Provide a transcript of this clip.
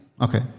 Okay